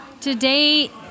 today